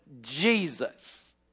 Jesus